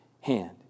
hand